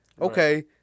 Okay